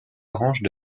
branches